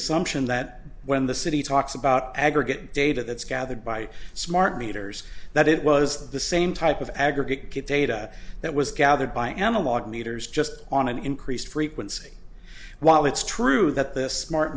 assumption that when the city talks about aggregate data that's gathered by smart meters that it was the same type of aggregate good data that was gathered by analog meters just on an increased frequency while it's true that th